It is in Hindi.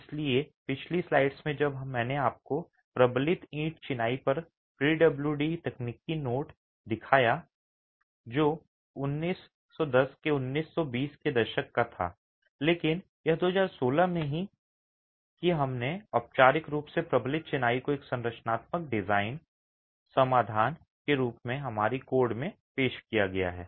इसलिए पिछली स्लाइड्स में जब मैंने आपको प्रबलित ईंट चिनाई पर पीडब्ल्यूडी तकनीकी नोट दिखाया था जो 19 देर से 1910 के 1920 के दशक का था लेकिन यह 2016 में ही है कि हमने औपचारिक रूप से प्रबलित चिनाई को एक संरचनात्मक डिजाइन समाधान के रूप में हमारे कोड में पेश किया है